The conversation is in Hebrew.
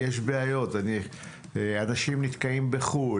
יש בעיות, אנשים נתקעים בחו"ל.